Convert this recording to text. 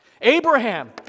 Abraham